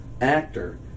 actor